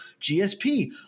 GSP